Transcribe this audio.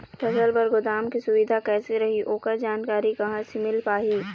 फसल बर गोदाम के सुविधा कैसे रही ओकर जानकारी कहा से मिल पाही?